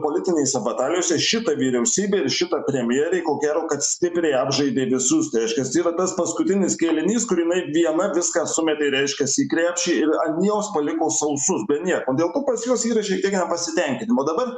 politinėse batalijose šita vyriausybė ir šita premjerė ko gero kad stipriai apžaidė visus tai reiškias yra tas paskutinis kėlinys kuriame viena viską sumetė reiškias į krepšį ir an juos paliko sausus be nieko dėl ko pas juos yra šiek tiek nepasitenkinimo dabar